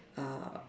uh